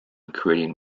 creating